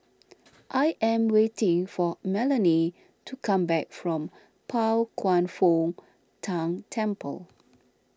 I am waiting for Melany to come back from Pao Kwan Foh Tang Temple